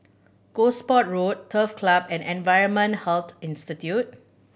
Gosport Road Turf Club and Environmental Health Institute